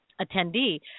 attendee